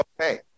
okay